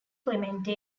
clemente